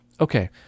okay